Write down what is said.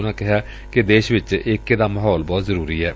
ਉਨਾ ਕਿਹਾ ਕਿ ਦੇਸ ਵਿਚ ਏਕੇ ਦਾ ਮਾਹੋਲ ਬਹੁਤ ਜ਼ਰੂਰੀ ਏ